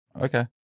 Okay